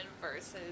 versus